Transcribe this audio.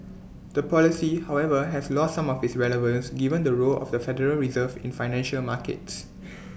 the policy however has lost some of its relevance given the role of the federal reserve in financial markets